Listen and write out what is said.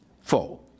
Four